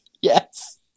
Yes